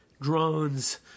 Drones